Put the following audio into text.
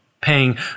paying